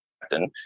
captain